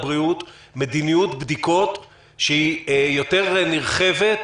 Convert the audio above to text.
הבריאות מדיניות בדיקות שהיא יותר נרחבת.